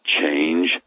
change